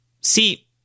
See